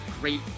Great